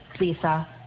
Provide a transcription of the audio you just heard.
Lisa